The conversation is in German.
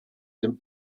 dem